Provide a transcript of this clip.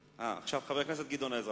עכשיו חבר הכנסת גדעון עזרא.